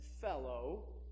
fellow